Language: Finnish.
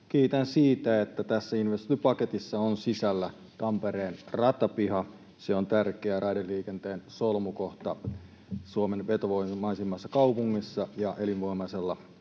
kiitän siitä, että tässä investointipaketissa on sisällä Tampereen ratapiha. Se on tärkeä raideliikenteen solmukohta Suomen vetovoimaisimmassa kaupungissa ja elinvoimaisella,